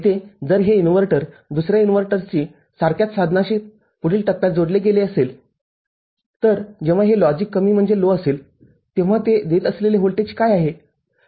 येथे जर हे इन्व्हर्टर दुसर्या इनव्हर्टरशी सारख्याच साधनाशी पुढील टप्प्यात जोडले गेले असेल तरजेव्हा हे लॉजिक कमी असेल तेव्हा ते देत असलेले व्होल्टेज काय आहे